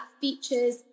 features